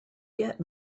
get